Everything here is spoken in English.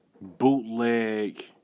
bootleg